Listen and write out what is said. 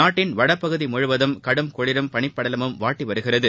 நாட்டின் வடபகுதி முழுவதும் கடும் குளிரும் பனிப்படலமும் வாட்டி வருகிறது